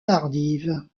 tardive